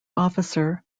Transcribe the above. officer